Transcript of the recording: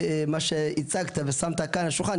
מה שהצגת ושמת כאן על השולחן.